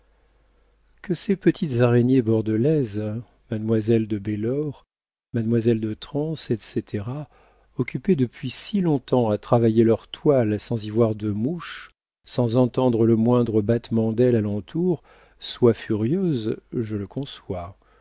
que ces petites araignées bordelaises mademoiselle de belor mademoiselle de trans etc occupées depuis si longtemps à travailler leurs toiles sans y voir de mouche sans entendre le moindre battement d'aile à l'entour soient furieuses je le conçois